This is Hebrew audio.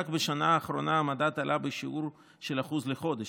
כך, בשנה האחרונה המדד עלה בשיעור של 1% לחודש.